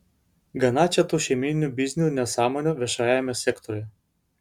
gana čia tų šeimyninių biznių nesąmonių viešajame sektoriuje